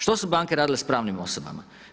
Što su banke radile s pravnim osobama?